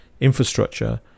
infrastructure